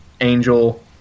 angel